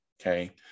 okay